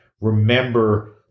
Remember